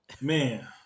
man